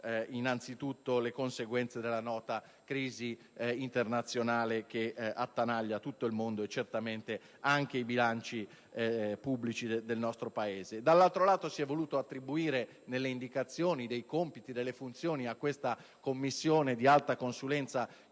innanzitutto le conseguenze della nota crisi internazionale che attanaglia tutto il mondo e certamente anche i bilanci pubblici del nostro Paese. Dall'altro lato, si è voluto attribuire a questa Commissione di alta consulenza,